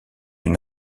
une